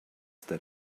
that